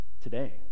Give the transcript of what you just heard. today